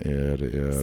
ir ir